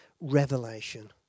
revelation